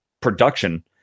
production